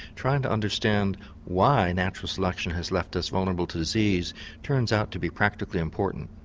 trying to understand why natural selection has left us vulnerable to disease turns out to be practically important.